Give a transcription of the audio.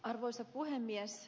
arvoisa puhemies